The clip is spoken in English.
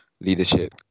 leadership